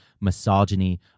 misogyny